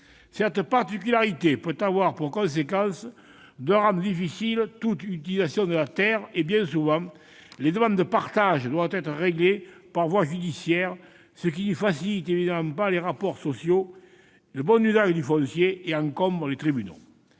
Cette particularité peut avoir pour conséquence de rendre difficile toute utilisation de la terre et, bien souvent, les demandes de partage doivent être réglées par voie judiciaire, ce qui ne facilite évidemment pas les rapports sociaux et le bon usage du foncier et encombre les tribunaux.